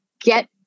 get